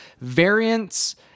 variants